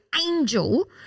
angel